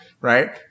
Right